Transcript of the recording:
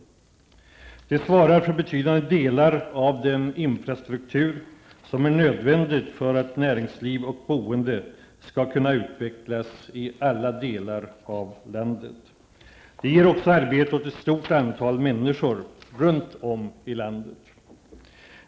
De svarar för betydande delar av den infrastruktur som är nödvändig för att näringsliv och boende skall kunna utvecklas i alla delar av landet. De ger också arbete åt ett stort antal människor runt om i landet.